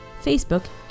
Facebook